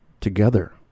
together